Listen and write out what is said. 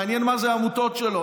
מעניין מה זה העמותות שלו.